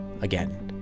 again